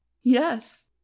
yes